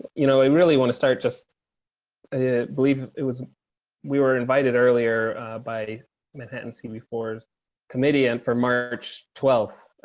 you know, we really want to start just it believe it was we were invited earlier by manhattan. see, before committee and for march twelve